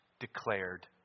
Declared